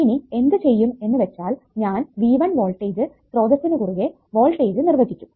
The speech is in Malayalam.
ഇനി എന്ത് ചെയ്യും എന്ന് വെച്ചാൽ ഞാൻ V1 വോൾട്ടേജ് സ്രോതസ്സിനു കുറുകെ വോൾടേജ് നിർവചിക്കും